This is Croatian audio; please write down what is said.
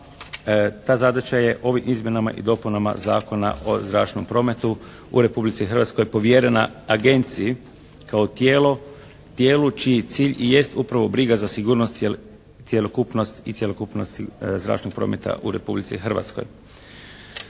ta zadaća je ovim izmjenama i dopunama Zakona o zračnom prometu u Republici Hrvatskoj povjerena agenciji, kao tijelu čiji cilj i jest upravo briga za sigurnost i cjelokupnost zračnog prometa u Republici Hrvatskoj.